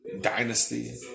Dynasty